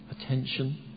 attention